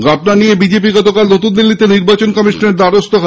ঘটনাটি নিয়ে বিজেপি আজ নতুন দিল্লিতে নির্বাচন কমিশনের দ্বারস্হ হয়